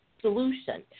solution